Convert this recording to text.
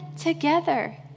together